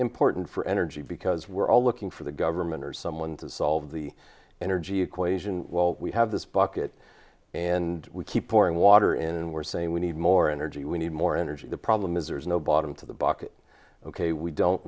important for energy because we're all looking for the government or someone to solve the energy equation well we have this bucket and we keep pouring water in and we're saying we need more energy we need more energy the problem is there is no bottom to the bucket ok we don't